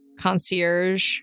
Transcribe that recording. concierge